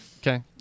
okay